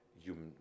human